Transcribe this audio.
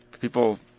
People